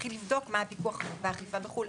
להתחיל לבדוק מה הפיקוח והאכיפה בחו"ל.